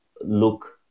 look